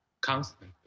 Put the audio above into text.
constantly